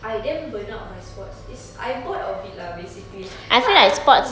I damn burnt out by sports it's I'm bored of it lah basically